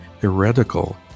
heretical